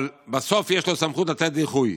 אבל בסוף יש לו סמכות לתת דיחוי.